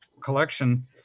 collection